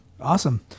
awesome